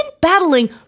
battling